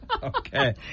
Okay